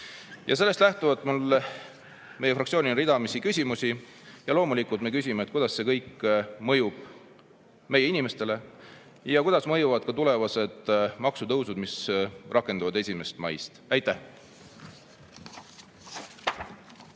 5%. Sellest lähtuvalt on meie fraktsioonil ridamisi küsimusi. Loomulikult me küsime, kuidas see kõik mõjub meie inimestele ja kuidas mõjuvad ka tulevased maksutõusud, mis rakenduvad 1. maist. Aitäh!